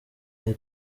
aya